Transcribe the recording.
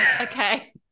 Okay